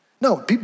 No